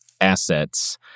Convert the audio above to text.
assets